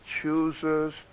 chooses